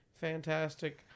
Fantastic